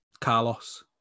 Carlos